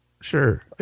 Sure